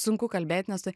sunku kalbėt nes tai